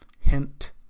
Hint